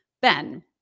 Ben